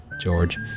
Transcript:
George